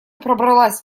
пробралась